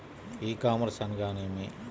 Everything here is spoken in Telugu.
ఈ కామర్స్ అనగానేమి?